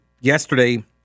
yesterday